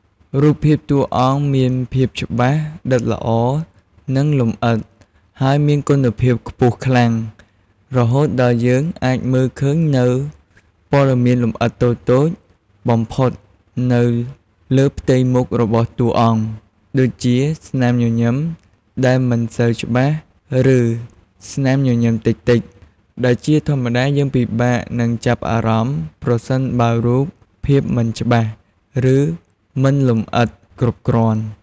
រូបភាពតួអង្គមានភាពច្បាស់ ដិតល្អ និងលម្អិត ហើយមានគុណភាពខ្ពស់ខ្លាំង រហូតដល់យើងអាចមើលឃើញនូវព័ត៌មានលម្អិតតូចៗបំផុតនៅលើផ្ទៃមុខរបស់តួអង្គ ដូចជាស្នាមញញឹមដែលមិនសូវច្បាស់ ឬស្នាមញញឹមតិចៗ ដែលជាធម្មតាយើងពិបាកនឹងចាប់អារម្មណ៍ ប្រសិនបើរូបភាពមិនច្បាស់ ឬមិនលម្អិតគ្រប់គ្រាន់។